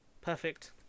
Perfect